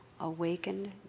Awakened